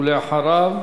ולאחריו,